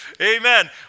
Amen